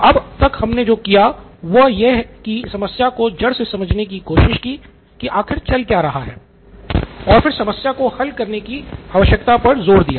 तो अब तक हमने जो किया वो यह की समस्या को जड़ से समझने की कोशिश की कि आखिर चल क्या रहा है और फिर समस्या को हल करने की आवश्यकता पर ज़ोर दिया